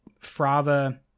frava